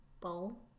bowl